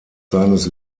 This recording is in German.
seines